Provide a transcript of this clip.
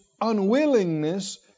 unwillingness